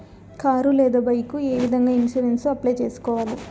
car లేదా bike ఏ విధంగా ఇన్సూరెన్సు అప్లై సేసుకోవాలి